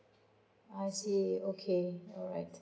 I see okay alright